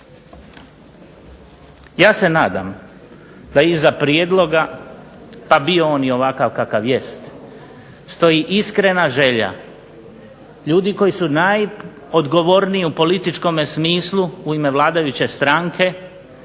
Ja se nadam da iza prijedloga pa bio on ovakav kakav jest stoji iskrena želja ljudi koji su najodgovorniji u političkom smislu u ime vladajuće stranke